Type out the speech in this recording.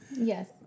Yes